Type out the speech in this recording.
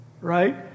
right